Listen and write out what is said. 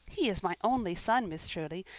he is my only son, miss shirley,